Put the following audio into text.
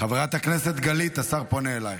חברת הכנסת גלית, השר פונה אלייך.